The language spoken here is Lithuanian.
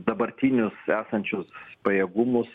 dabartinius esančius pajėgumus